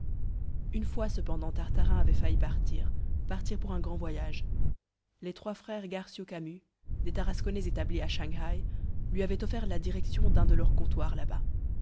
une fois cependant tartarin avait failli partir partir pour un grand voyage les trois frères garcio camus des tarasconnais établis à shang haï lui avaient offert la direction d'un de leurs comptoirs là-bas